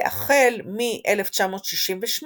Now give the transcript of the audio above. והחל מ-1968